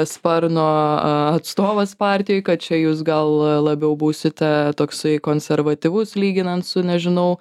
sparno a atstovas partijoj kad čia jūs gal labiau būsite toksai konservatyvus lyginant su nežinau